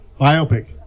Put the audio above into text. Biopic